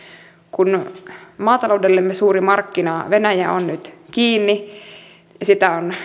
kun maataloutemme suuri markkina venäjä on nyt kiinni ja sitä